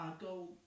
go